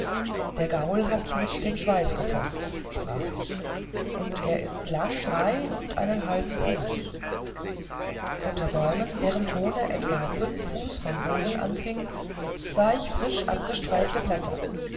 der gaul hat mit dem schweif gefochten sprach ich und er ist lang drei und einen halben fuß unter bäumen deren krone etwa fünf fuß vom boden anfing sah ich frisch abgestreifte blätter